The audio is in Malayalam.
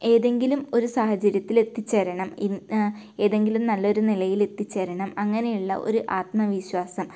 ഏതെങ്കിലും ഒരു സാഹചര്യത്തിൽ എത്തിച്ചേരണം ഇന്ന ഏതെങ്കിലും നല്ല ഒരു നിലയിൽ എത്തിച്ചേരണം അങ്ങനെയുള്ള ഒരു ആത്മവിശ്വാസം